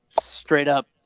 straight-up